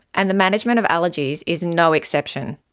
and the management of allergies is no exception.